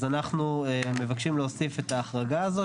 אז אנחנו מבקשים להוסיף את ההחרגה הזאת,